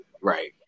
Right